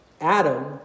Adam